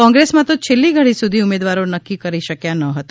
કોંગ્રેસમાં તો છેલ્લી ઘડી સુધી ઉમેદવારો નકકી કરી શકાયા ન હતા